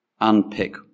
Unpick